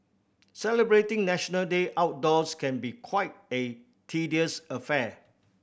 celebrating National Day outdoors can be quite a tedious affair